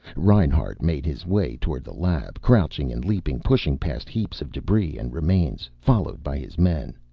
reinhart made his way toward the lab, crouching and leaping, pushing past heaps of debris and remains, followed by his men.